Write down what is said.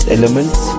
elements